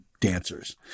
dancers